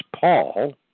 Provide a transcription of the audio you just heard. Paul